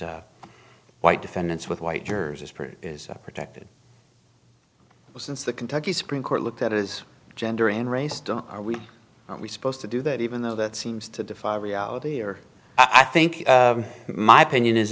white defendants with white jurors is pretty protected since the kentucky supreme court looked at it as gender in race don't we are we supposed to do that even though that seems to defy reality or i think my opinion is